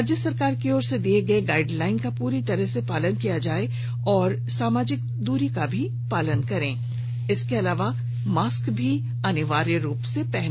राज्य सरकार की ओर से दिये गए गाइडलाइन का प्ररी तरह से पालन करें और सामाजिक दूरी का पालन करें इसके साथ ही मास्क अनिवार्य रूप से पहने